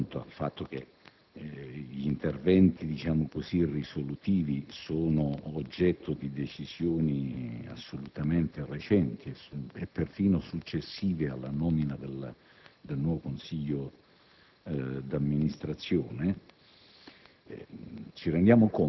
impianti, che gli interventi risolutivi sono oggetto di decisioni recenti e perfino successive alla nomina del nuovo consiglio d'amministrazione.